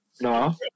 No